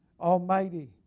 Almighty